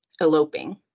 eloping